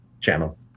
channel